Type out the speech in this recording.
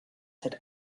had